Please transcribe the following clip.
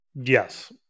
Yes